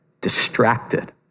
distracted